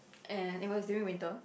and it was during winter